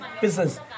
business